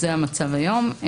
זה המצב היוםץ